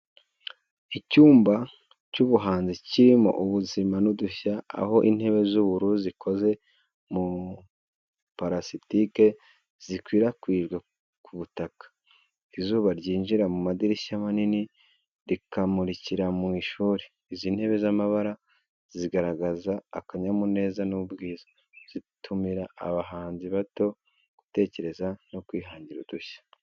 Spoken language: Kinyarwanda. Icyumba cy’ubuhanzi kirimo ubuzima n’udushya, aho intebe z’ubururu zikoze mu purasitike zikwirakwijwe ku butaka. Izuba ryinjira mu madirishya manini, rikamurikira mu ishuri. Izi ntebe z’amabara zigaragaza akanyamuneza n'ubwiza, zitumira abahanzi bato, gutekereza no kwihangira udushya.